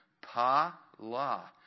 Pa-la